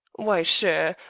why, sure.